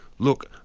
look,